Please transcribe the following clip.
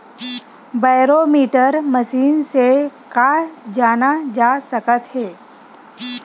Barometer machine से का जाना जा सकत हे?